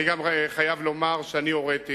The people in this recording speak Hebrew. אני גם חייב לומר שאני הוריתי,